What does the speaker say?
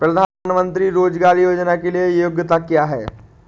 प्रधानमंत्री रोज़गार योजना के लिए योग्यता क्या है?